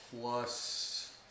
plus